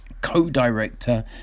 Co-director